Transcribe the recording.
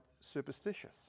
superstitious